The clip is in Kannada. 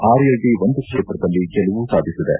ಆರ್ಎಲ್ಡಿ ಒಂದು ಕ್ಷೇತ್ರದಲ್ಲಿ ಗೆಲುವು ಸಾಧಿಸಿವೆ